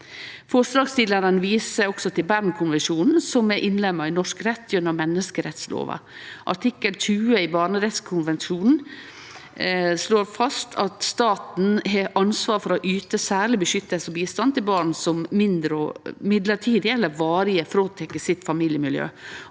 Forslagsstillarane viser også til barnekonvensjonen, som er innlemma i norsk rett gjennom menneskerettslova. Artikkel 20 i barnekonvensjonen slår fast at staten har ansvar for å yte «særlig beskyttelse og bistand» til barn som mellombels eller varig er fråtekne sitt familiemiljø,